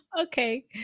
Okay